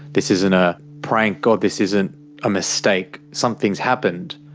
this isn't a prank or this isn't a mistake. something's happened.